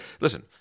listen –